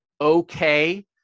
okay